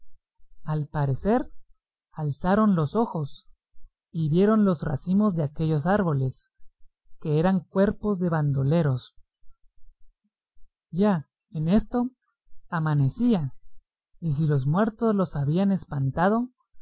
al parecer alzaron los ojos y vieron los racimos de aquellos árboles que eran cuerpos de bandoleros ya en esto amanecía y si los muertos los habían espantado